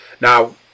Now